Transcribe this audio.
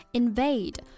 invade